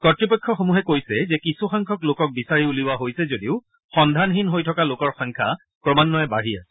কৰ্ডপক্ষসমূহে কৈছে যে কিছুসংখ্যক লোকক বিচাৰি উলিওৱা হৈছে যদিও সন্ধানহীন হৈ থকা লোকৰ সংখ্যা ক্ৰমান্বয়ে বাঢ়ি আছে